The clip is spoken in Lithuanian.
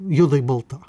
juodai balta